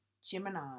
Gemini